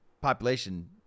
population